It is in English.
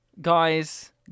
guys